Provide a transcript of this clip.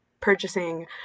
purchasing